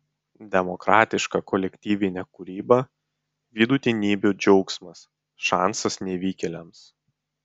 demokratiška kolektyvinė kūryba vidutinybių džiaugsmas šansas nevykėliams